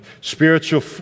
Spiritual